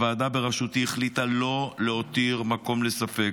הוועדה בראשותי החליטה שלא להותיר מקום לספק,